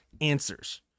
answers